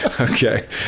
okay